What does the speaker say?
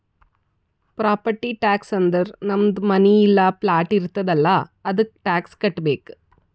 property tax ಅಂದುರ್ ನಮ್ದು ಮನಿ ಇಲ್ಲಾ ಪ್ಲಾಟ್ ಇರ್ತುದ್ ಅಲ್ಲಾ ಅದ್ದುಕ ಟ್ಯಾಕ್ಸ್ ಕಟ್ಟಬೇಕ್